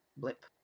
Blip